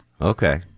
Okay